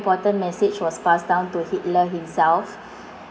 ~portant message was passed down to hitler himself